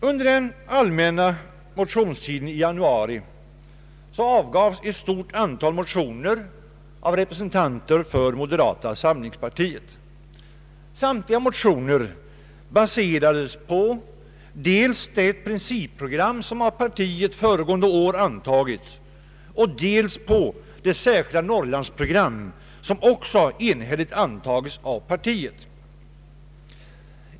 Under den allmänna motionstiden i januari avgavs ett stort antal motioner av representanter för moderata samlingspartiet. Samtliga motioner baserades på dels det principprogram som av partiet föregående år antagits, dels på det särskilda Norrlandsprogram som också enhälligt antagits av partiet.